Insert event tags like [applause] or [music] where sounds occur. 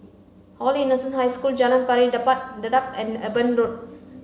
Holy Innocents' High School Jalan Pari [unintelligible] Dedap and Eben Road